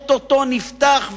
או-טו-טו נפתח,